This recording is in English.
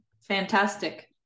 Fantastic